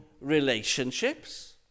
relationships